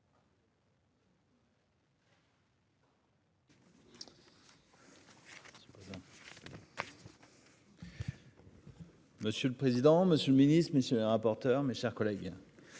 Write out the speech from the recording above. Monsieur le président, Monsieur le Ministre, messieurs les rapporteurs, mes chers collègues.